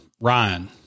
Ryan